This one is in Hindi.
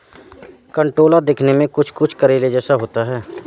कंटोला दिखने में कुछ कुछ करेले जैसा होता है